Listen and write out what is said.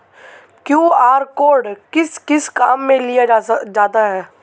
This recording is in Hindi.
क्यू.आर कोड किस किस काम में लिया जाता है?